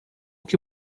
que